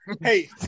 hey